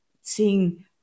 seeing